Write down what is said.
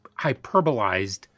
hyperbolized